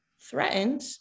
threatened